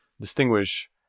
distinguish